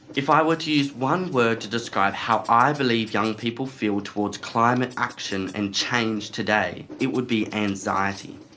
if i were to use one word to describe how i believe young people feel towards climate action and change today, it would be anxiety.